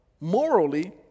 morally